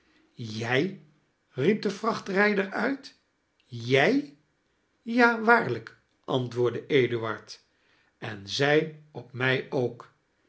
jij riep de vrachtrijder uit jij ja waarlijk antwoordde eduard en zij op mij ook